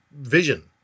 vision